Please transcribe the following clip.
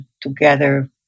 together